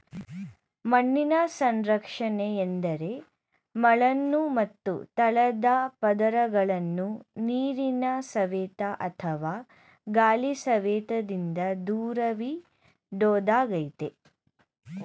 ಮಣ್ಣಿನ ಸಂರಕ್ಷಣೆ ಎಂದರೆ ಮೇಲ್ಮಣ್ಣು ಮತ್ತು ತಳದ ಪದರಗಳನ್ನು ನೀರಿನ ಸವೆತ ಅಥವಾ ಗಾಳಿ ಸವೆತದಿಂದ ದೂರವಿಡೋದಾಗಯ್ತೆ